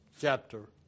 chapter